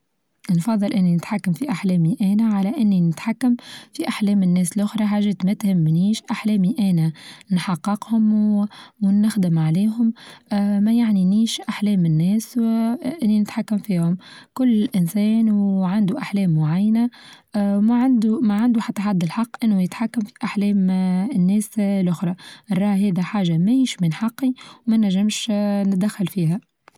نفظل إني نتحكم في أحلامي أنا على إني نتحكم في أحلام الناس الأخرى حاچات ما تهمنيش، أحلامي أنا نحققهم ونخدم عليهم اه ما يعنينيش أحلام الناس اللي نتحكم فيهم، كل إنسان وعندو أحلام معينة اه ما عندو ما عندو حتى الحق أنو يتحكم فأحلام اا الناس الأخرى، رآه هدا حاچة ماهيش من حقي ومنچمش اا نتدخل فيها.